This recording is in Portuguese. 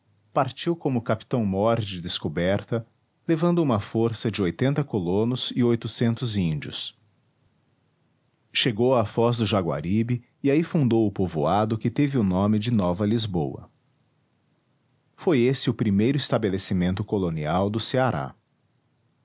partiu como capitão mor de descoberta levando uma força de colonos e índios chegou à foz do jaguaribe e aí fundou o povoado que teve o nome de nova lisboa foi esse o primeiro estabelecimento colonial do ceará